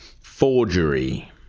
Forgery